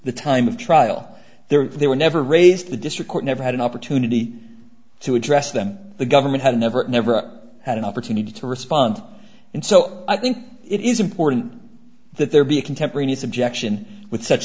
the time of trial there they were never raised the district court never had an opportunity to address them the government had never never had an opportunity to respond and so i think it is important that there be a contemporaneous objection with such